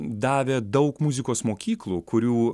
davė daug muzikos mokyklų kurių